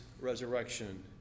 resurrection